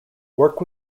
work